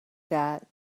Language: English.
that